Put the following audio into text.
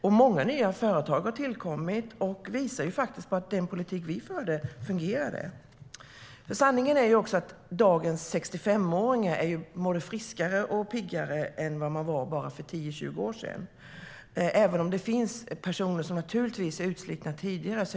Och många nya företag har tillkommit. Det visar att den politik vi förde fungerade. Sanningen är också att dagens 65-åringar är både friskare och piggare än vad man var bara för 10-20 år sedan, även om det naturligtvis finns personer som blir utslitna tidigare.